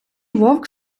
вовк